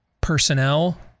personnel